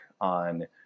on